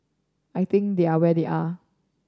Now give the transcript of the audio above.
I think they are where they are